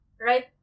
right